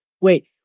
Wait